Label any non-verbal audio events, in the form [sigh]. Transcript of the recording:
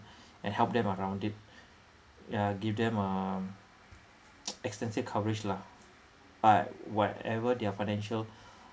and help them around it ya give them a [noise] extensive coverage lah but whatever their financial